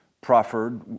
proffered